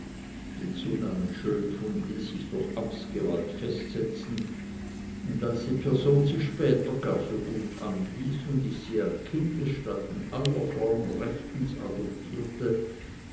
den zunamen schönfund ließ ich durch amtsgewalt festsetzen und als die person sich später gar so gut anließ und ich sie an kindesstatt in aller form rechtens adoptierte